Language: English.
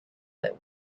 but